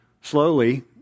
Slowly